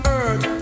earth